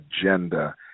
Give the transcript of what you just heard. agenda